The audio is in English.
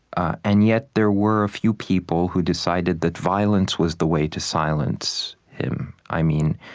and yet, there were a few people who decided that violence was the way to silence him, i mean,